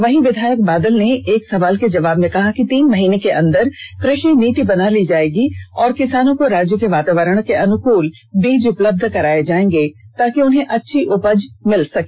वही विधायक बादल ने एक सवाल के जवाब में कहा कि तीन महीने के अन्दर कृषि नीति बना ली जाएगी और किसानों को राज्य के वातावरण के अनुकूल बीज उपलब्ध कराया जाएगा ताकि उन्हें अच्छी उपज प्राप्त हो सके